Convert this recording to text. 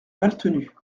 maltenu